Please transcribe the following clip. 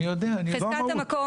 אני יודע, זו המהות.